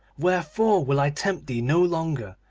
wherefore will i tempt thee no longer,